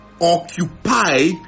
occupy